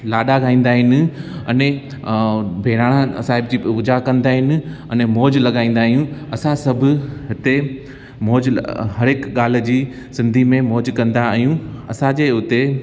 लाॾा गाईंदा आहिनि अने बहिराणा जी पूजा कंदा आहिनि अने मौज़ लॻाईंदा आहियूं असां सभु हिते मौज़ हर हिकु ॻाल्हि जी सिंधी में मौज़ कंदा आहियूं असांजे हुते